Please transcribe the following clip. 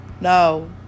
no